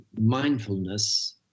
mindfulness